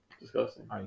Disgusting